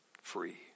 free